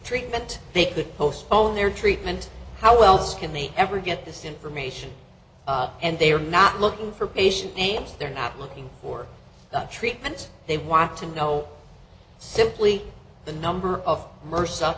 treatment they could postpone their treatment how else can they ever get this information and they are not looking for patient names they're not looking for the treatment they want to know simply the number of